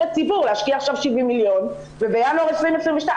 ציבור להשקיע עכשיו 70 מיליון ובינואר 2022,